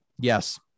Yes